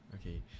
Okay